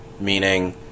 meaning